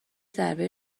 ضربه